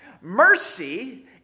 Mercy